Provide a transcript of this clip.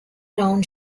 round